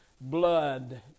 blood